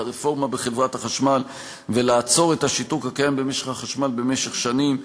הרפורמה בחברת החשמל ולעצור את השיתוק הקיים במשק החשמל במשך שנים.